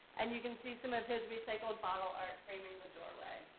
and you can see some of his recycled bottle art framing the doorway.